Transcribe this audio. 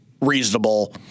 reasonable